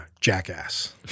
Jackass